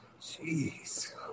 Jeez